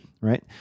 right